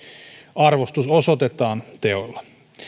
arvostus osoitetaan teoilla